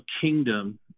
kingdom